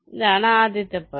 ഇതാണ് ആദ്യപടി